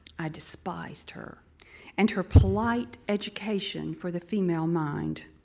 i despised her and her polite education for the female mind